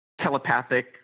telepathic